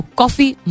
coffee